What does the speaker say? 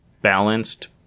balanced